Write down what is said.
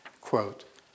Quote